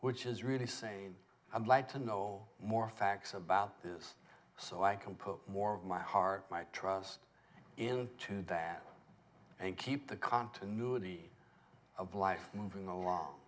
which is really saying i'm glad to know more facts about this so i can put more of my heart my trust in to dad and keep the continuity of life moving along